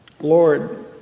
Lord